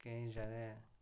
केईं जगहें